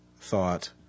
thought